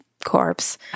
Corpse